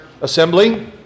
assembly